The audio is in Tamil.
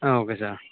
ah okay sir